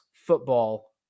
football